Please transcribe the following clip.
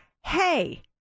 hey